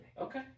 Okay